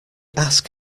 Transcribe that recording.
ask